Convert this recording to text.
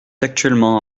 actuellement